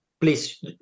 Please